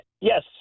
yes